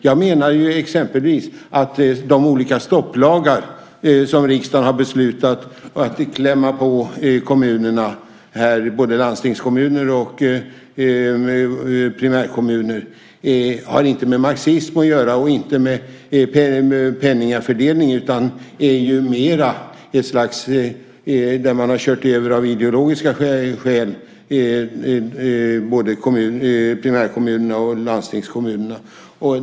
Jag menar exempelvis att de olika stopplagar som riksdagen har beslutat att klämma på kommunerna, både landstingskommuner och primärkommuner, inte har med marxism att göra och inte med penningfördelning. Det är mer att man av ideologiska skäl har kört över både primärkommunerna och landstingskommunerna.